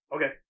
Okay